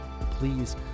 Please